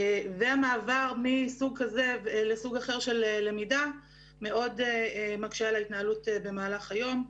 והמעבר מסוג כזה לסוג אחר של למידה מאוד מקשה על ההתנהלות במהלך היום,